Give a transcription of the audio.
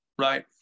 right